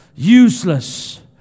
Useless